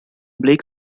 lake